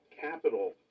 capital